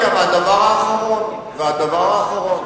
והדבר האחרון,